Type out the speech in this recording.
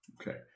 Okay